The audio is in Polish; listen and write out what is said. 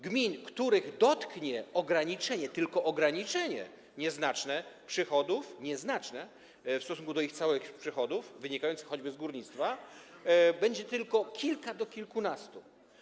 Gmin, których dotknie ograniczenie, tylko nieznaczne ograniczenie przychodów - nieznaczne w stosunku do całych ich przychodów wynikających choćby z górnictwa - będzie tylko kilka do kilkunastu.